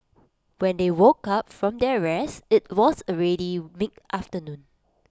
when they woke up from their rest IT was already mid afternoon